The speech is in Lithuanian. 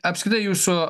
apskritai jūsų